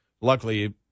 Luckily